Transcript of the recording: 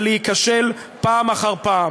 ולהיכשל פעם אחר פעם.